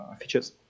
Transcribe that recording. features